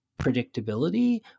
predictability